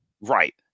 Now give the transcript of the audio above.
Right